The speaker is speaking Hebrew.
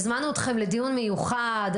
הזמנו אתכם לדיון מיוחד.